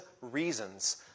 reasons